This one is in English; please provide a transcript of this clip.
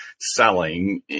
selling